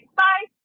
bye